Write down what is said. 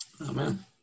Amen